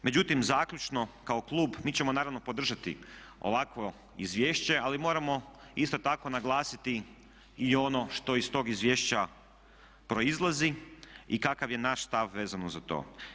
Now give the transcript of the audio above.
Međutim, zaključno kao klub mi ćemo naravno podržati ovakvo izvješće ali moramo isto tako naglasiti i ono što iz tog izvješća proizlazi i kakav je naš stav vezano za to.